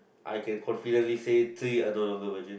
I can confidently say three I'm not longer virgin